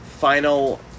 final